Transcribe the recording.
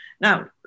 Now